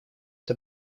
эта